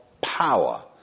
power